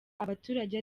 abaturage